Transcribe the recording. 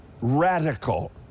radical